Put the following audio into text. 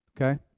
okay